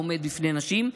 העומד בפני נשים,